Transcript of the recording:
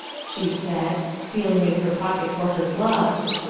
she said, feeling in her pocket for her gloves.